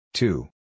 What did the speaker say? Two